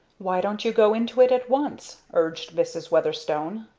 why don't you go into it at once? urged mrs. weatherstone.